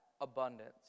abundance